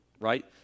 right